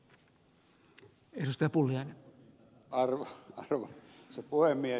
arvoisa puhemies